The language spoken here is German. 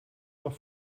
doch